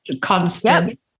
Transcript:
constant